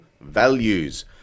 values